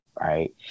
right